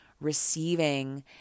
receiving